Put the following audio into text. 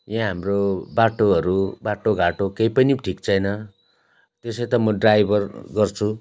यहाँ हाम्रो बाटोहरू बाटोघाटो केही पनि ठिक छैन त्यसै त म ड्राइभर गर्छु